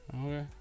Okay